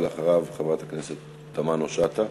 אחריו, חברת הכנסת תמנו-שטה.